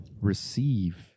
Receive